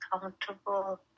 comfortable